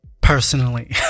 personally